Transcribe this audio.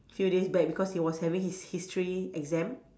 few days back because he was having his history exam